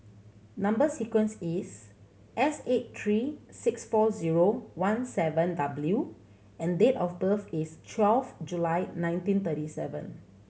number sequence is S eight three six four zero one seven W and date of birth is twelve July nineteen thirty seven